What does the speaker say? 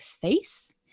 face